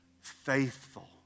faithful